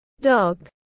dog